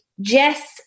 Jess